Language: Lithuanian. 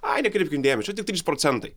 ai nekreipkim dėmesio čia tik trys procentai